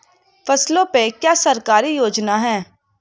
फसलों पे क्या सरकारी योजना है?